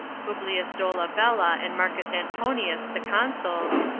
publius dolabella and marcus antonius, the consuls,